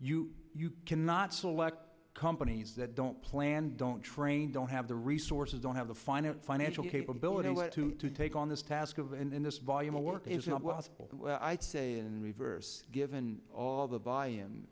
but you cannot select companies that don't plan don't train don't have the resources don't have the final financial capability to take on this task of and then this volume of work is not lost i'd say in reverse given all the buy